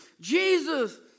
Jesus